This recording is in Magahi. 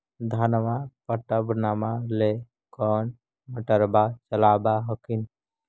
धनमा पटबनमा ले कौन मोटरबा चलाबा हखिन?